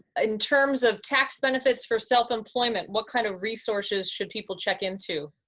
in terms of tax benefits for self-employment, what kind of resources should people check into?